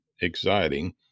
exciting